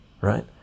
right